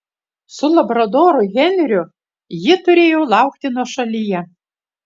su labradoru henriu ji turėjo laukti nuošalyje